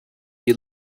you